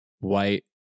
white